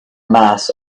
mass